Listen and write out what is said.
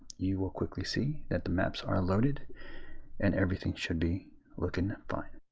you will quickly see that the maps are loaded and everything should be looking fine.